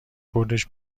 بردش